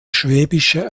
schwäbische